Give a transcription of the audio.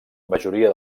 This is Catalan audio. majoria